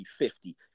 50